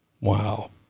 Wow